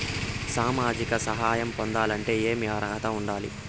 సామాజిక సహాయం పొందాలంటే ఏమి అర్హత ఉండాలి?